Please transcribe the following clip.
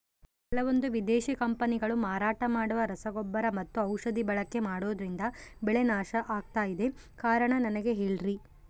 ಕೆಲವಂದು ವಿದೇಶಿ ಕಂಪನಿಗಳು ಮಾರಾಟ ಮಾಡುವ ರಸಗೊಬ್ಬರ ಮತ್ತು ಔಷಧಿ ಬಳಕೆ ಮಾಡೋದ್ರಿಂದ ಬೆಳೆ ನಾಶ ಆಗ್ತಾಇದೆ? ಕಾರಣ ನನಗೆ ಹೇಳ್ರಿ?